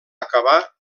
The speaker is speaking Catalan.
acabar